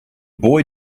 boy